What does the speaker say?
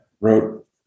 wrote